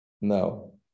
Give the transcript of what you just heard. no